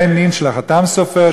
בן נין של החת"ם סופר,